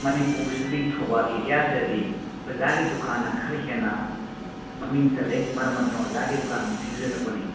ꯃꯅꯤꯄꯨꯔꯁꯤꯗꯒꯤ ꯊꯧꯕꯥꯜ ꯑꯦꯔꯤꯌꯥ ꯁꯤꯗꯗꯤ ꯑꯣꯖꯥꯒꯤ ꯗꯨꯀꯥꯟꯅ ꯈꯔ ꯍꯦꯟꯅ ꯃꯃꯤꯡ ꯆꯠꯂꯦ ꯃꯔꯝ ꯑꯗꯨꯅ ꯑꯣꯖꯥꯒꯤ ꯗꯨꯀꯥꯟꯕꯨ ꯊꯤꯖꯔꯛꯄꯅꯤ